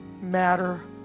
matter